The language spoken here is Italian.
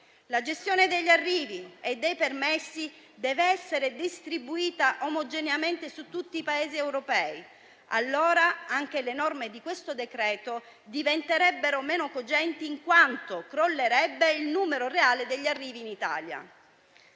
La gestione degli arrivi e dei permessi deve essere distribuita omogeneamente su tutti i Paesi europei; allora, anche le norme di questo decreto-legge diventerebbero meno cogenti in quanto crollerebbe il numero reale degli arrivi in Italia.